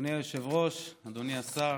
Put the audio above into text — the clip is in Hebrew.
אדוני היושב-ראש, אדוני השר,